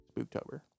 Spooktober